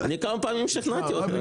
אני כמה פעמים שכנעתי אותו היום.